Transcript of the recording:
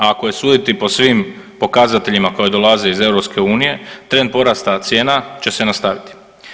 Ako je suditi po svim pokazateljima koji dolaze iz EU trend porasta cijena će se nastaviti.